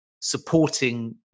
supporting